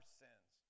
sins